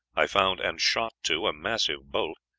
i found, and shot to a massive bolt,